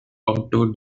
otto